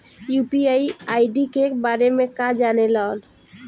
UPI ID के बारे में का जाने ल?